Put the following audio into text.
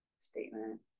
statement